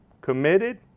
Committed